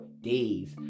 days